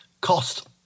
Cost